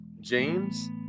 James